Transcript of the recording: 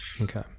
okay